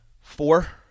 Four